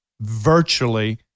virtually